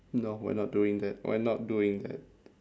no we're not doing that we're not doing that